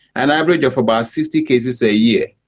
an average of about sixty cases a year.